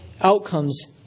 outcomes